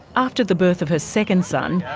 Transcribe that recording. after the birth of her second son,